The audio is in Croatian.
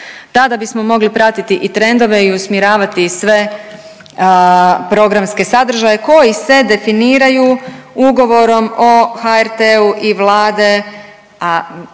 Tada bismo mogli pratiti i trendove i usmjeravati i sve programske sadržaje koji se definiraju ugovorom o HRT-u i Vlade,